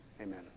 Amen